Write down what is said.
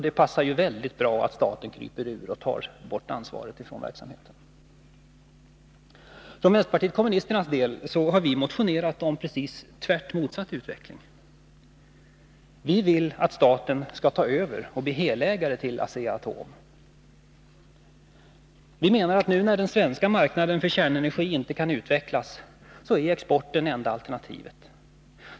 Det passar mycket bra i tiden att staten nu kryper ur verksamheten och undandrar sig ansvaret för exporten. För vänsterpartiet kommunisternas del har vi motionerat om precis motsatt utveckling. Vi vill att staten skall ta över och bli helägare av Asea-Atom. Vi menar att nu när den svenska marknaden för kärnenergi inte kan utvecklas är exporten, till vilken vi är motståndare, enda alternativet.